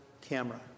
camera